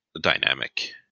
dynamic